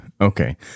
Okay